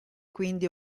quindi